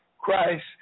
Christ